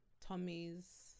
Tommy's